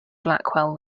blackwell